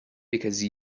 because